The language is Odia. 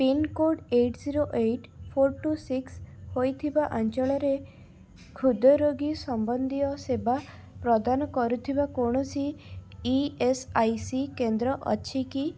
pincode eight zero eight four two six ହୋଇଥିବା ଅଞ୍ଚଳରେ ହୃଦ୍ରୋଗ ସମ୍ବନ୍ଧୀୟ ସେବା ପ୍ରଦାନ କରୁଥିବା କୌଣସି ଇ ଏସ୍ ଆଇ ସି କେନ୍ଦ୍ର ଅଛି କି